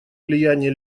влияния